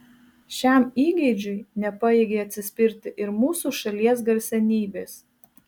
šiam įgeidžiui nepajėgė atsispirti ir mūsų šalies garsenybės